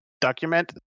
document